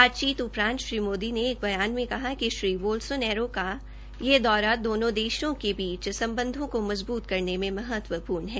बातचीत उपरांत श्री मोदी ने एक बयान में कहा कि श्री बोलसो नैरो का यह दौरा दोनो देशों के बीच संबंधों को मजबूत करने में महत्वपूर्ण हैं